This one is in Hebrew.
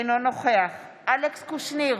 אינו נוכח אלכס קושניר,